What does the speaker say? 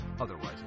otherwise